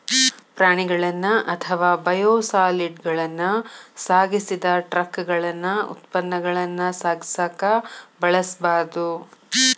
ಪ್ರಾಣಿಗಳನ್ನ ಅಥವಾ ಬಯೋಸಾಲಿಡ್ಗಳನ್ನ ಸಾಗಿಸಿದ ಟ್ರಕಗಳನ್ನ ಉತ್ಪನ್ನಗಳನ್ನ ಸಾಗಿಸಕ ಬಳಸಬಾರ್ದು